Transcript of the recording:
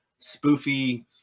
spoofy